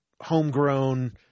homegrown